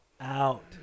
Out